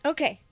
Okay